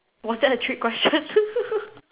was that a trick question